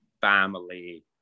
family